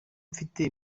mfite